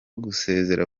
gusezera